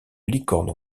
licorne